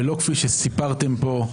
ולא כפי שסיפרתם פה,